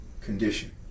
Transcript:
condition